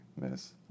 miss